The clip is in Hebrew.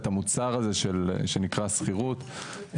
את המוצר הזה שנקרא שכירות,